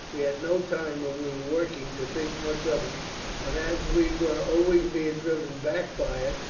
we had no time when we were working to think much of it but as we were always being driven back by it,